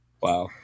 wow